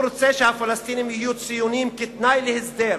הוא רוצה שהפלסטינים יהיו ציונים כתנאי להסדר.